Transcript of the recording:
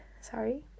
sorry